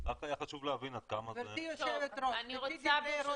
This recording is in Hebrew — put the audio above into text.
רק רוצה לומר דבר כזה: אנחנו נקיים דיון